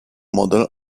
model